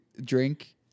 drink